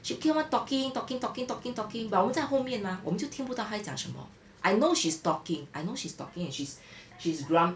she'll keep on talking talking talking talking talking but 我们在后面 mah 我们就听不到她在讲什么 I know she's talking I know she's talking and she's grum~